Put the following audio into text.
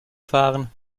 fahren